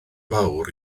fawr